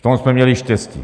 V tom jsme měli štěstí.